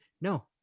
No